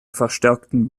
verstärkten